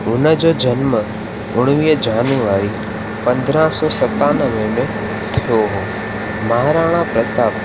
उनजो जन्म उणिवीह जनुवई पंद्रहं सौ सतानवे में थियो हो महाराणा प्रताप